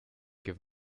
give